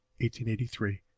1883